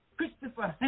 Christopher